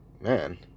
man